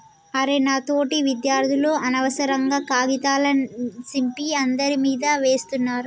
అరె నా తోటి విద్యార్థులు అనవసరంగా కాగితాల సింపి అందరి మీదా వేస్తున్నారు